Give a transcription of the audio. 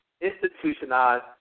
institutionalized